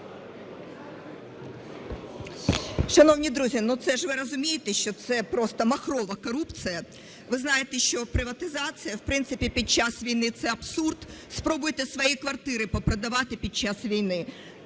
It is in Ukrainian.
Шановні друзі, ну, це ж ви розумієте, що це просто махрова корупція. Ви знаєте, що приватизація, в принципі, під час війни – це абсурд. Спробуйте свої квартири попродавати під час війни.